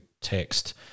text